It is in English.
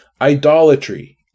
idolatry